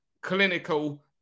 clinical